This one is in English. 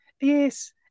Yes